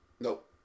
Nope